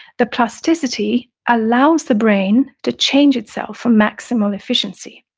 the plasticity allows the brain to change itself for maximal efficiency.